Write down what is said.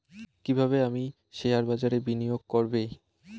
কিভাবে আমি শেয়ারবাজারে বিনিয়োগ করবে?